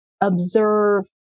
observe